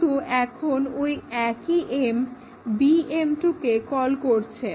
কিন্তু এখন ওই একই m Bm2 কে কল করছে